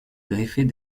greffer